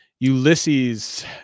Ulysses